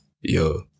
yo